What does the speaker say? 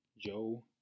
Joe